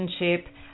relationship